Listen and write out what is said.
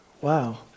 Wow